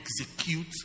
execute